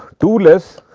too less,